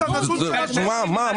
מה?